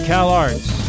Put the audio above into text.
CalArts